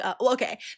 Okay